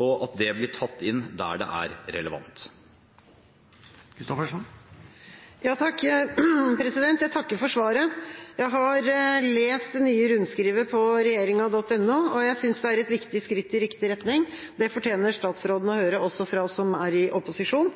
og at det blir tatt inn der det er relevant. Jeg takker for svaret. Jeg har lest det nye rundskrivet på regjeringen.no, og jeg synes det er et viktig skritt i riktig retning. Det fortjener statsråden å høre også fra oss som er i opposisjon.